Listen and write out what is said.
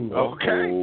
okay